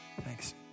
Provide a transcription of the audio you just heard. Thanks